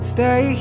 Stay